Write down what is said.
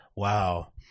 Wow